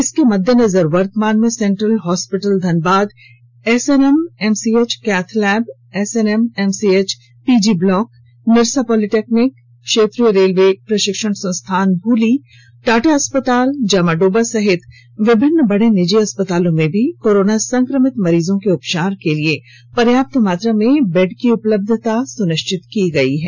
इसके मद्देनजर वर्तमान में central hospital Dhanbad SNMMCH cath lab SNMMCH PG block Nirsa polytechnic क्षेत्रीय रेलवे प्रशिक्षण संस्थान भूली टाटा अस्पताल जामाडोबा सहित विभिन्न बड़े निजी अस्पतालों में भी कोरोना संक्रमित मरीजों के उपचार के लिए पर्याप्त मात्रा में बेड की उपलब्धता सुनिश्चित की गई है